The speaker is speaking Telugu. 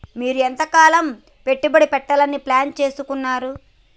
మీరు ఎంతకాలం పెట్టుబడి పెట్టాలని ప్లాన్ చేస్తున్నారు?